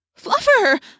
Fluffer